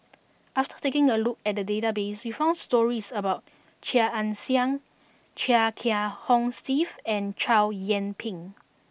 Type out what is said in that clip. after taking a look at the database we found stories about Chia Ann Siang Chia Kiah Hong Steve and Chow Yian Ping